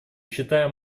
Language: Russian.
считаем